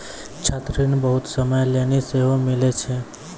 छात्र ऋण बहुते समय लेली सेहो मिलै छै